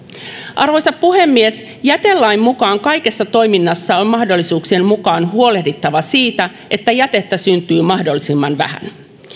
arvoisa puhemies jätelain mukaan kaikessa toiminnassa on mahdollisuuksien mukaan huolehdittava siitä että jätettä syntyy mahdollisimman vähän